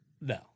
No